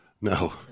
No